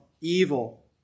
evil